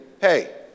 hey